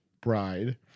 bride